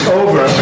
over